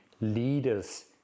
leaders